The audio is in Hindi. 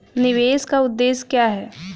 निवेश का उद्देश्य क्या है?